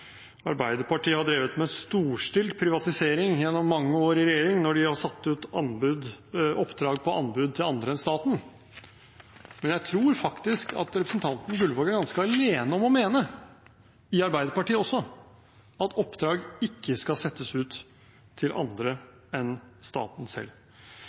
Arbeiderpartiet har drevet med storstilt privatisering gjennom mange år i regjering, når de har satt ut oppdrag på anbud til andre enn staten. Men jeg tror faktisk at representanten Gullvåg er ganske alene – også i Arbeiderpartiet – om å mene at oppdrag ikke skal settes ut til andre enn staten selv.